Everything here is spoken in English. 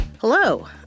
hello